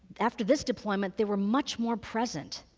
after this deployment they were much more present.